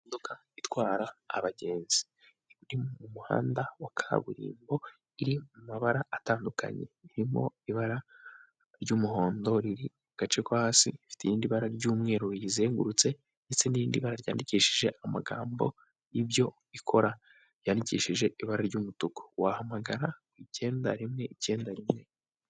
Imodoka itwara abagenzi iri mu muhanda wa kaburimbo iri mu mabara atandukanye, irimo ibara ry'umuhondo riri mu gace ko hasi, ifite irindi bara ry'umweru riyizengurutse ndetse n'irindi bara ryandikishije amagambo y'ibyo ikora, yandikishije ibara ry'umutuku wahamagara icyenda rimwe icyenda rimwe.